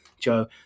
Joe